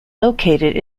located